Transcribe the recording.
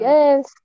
Yes